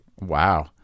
Wow